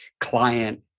client